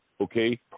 okay